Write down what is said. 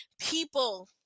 people